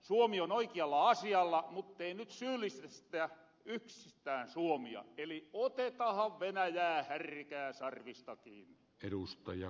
suomi on oikialla asialla muttei nyt syyllistetä yksistään suomia eli otetahan venäjää härkää sarvista kiinni